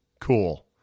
cool